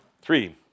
Three